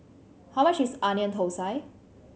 how much is Onion Thosai